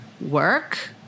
work